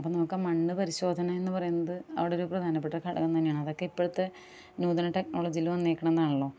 അപ്പം നമുക്ക് ആ മണ്ണ് പരിശോധനയെന്ന് പറയുന്നത് അവിടൊരു പ്രധാനപ്പെട്ട ഘടകം തന്നെയാണ് അതൊക്ക് ഇപ്പഴത്തെ നൂതനടെക്നോളജീയില് വന്നേക്കുന്നതാണല്ലൊ